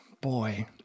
boy